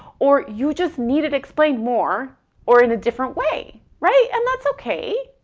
or you just need it explained more or in a different way. right, and that's okay.